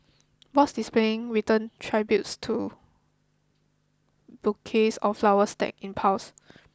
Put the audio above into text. boards displaying written tributes to bouquets of flowers stacked in piles